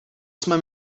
jsme